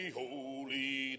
holy